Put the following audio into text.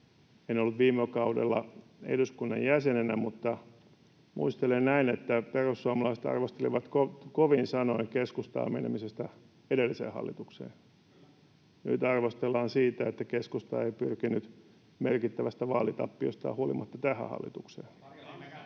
En ollut viime kaudella eduskunnan jäsenenä mutta muistelen, että perussuomalaiset arvostelivat kovin sanoin keskustaa menemisestä edelliseen hallitukseen. Nyt arvostellaan siitä, että keskusta ei pyrkinyt merkittävästä vaalitappiostaan huolimatta tähän hallitukseen.